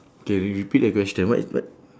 K you repeat the question what is what